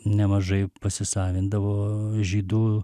nemažai pasisavindavo žydų